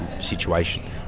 situation